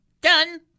done